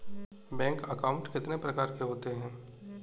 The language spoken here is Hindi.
बैंक अकाउंट कितने प्रकार के होते हैं?